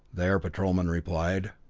the air patrolman replied.